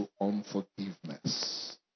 unforgiveness